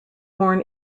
born